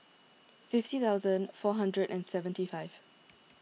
fifty thousand four hundred and seventy five